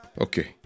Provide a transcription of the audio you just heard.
okay